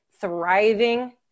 thriving